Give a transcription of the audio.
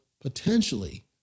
potentially